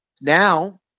Now